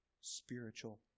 spiritual